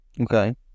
Okay